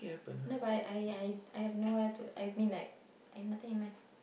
no but I I I have nowhere to I mean like I've nothing in mind